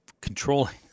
controlling